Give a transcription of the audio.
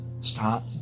Stop